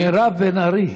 מירב בן ארי,